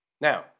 Now